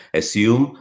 assume